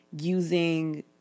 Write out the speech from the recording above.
using